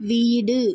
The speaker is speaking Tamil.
வீடு